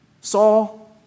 Saul